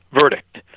verdict